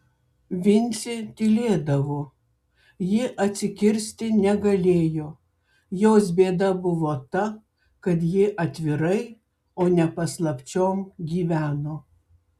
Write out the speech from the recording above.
vincė tylėdavo ji atsikirsti negalėjo jos bėda buvo ta kad ji atvirai o ne paslapčiom gyveno